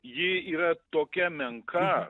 ji yra tokia menka